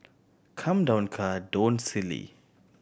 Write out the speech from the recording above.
come down car don't silly